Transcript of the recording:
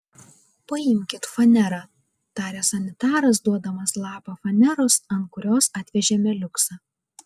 paimkit fanerą tarė sanitaras duodamas lapą faneros ant kurios atvežėme liuksą